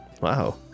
Wow